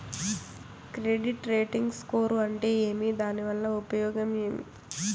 Credit rating score అంటే ఏమి దాని వల్ల ఉపయోగం ఏమి?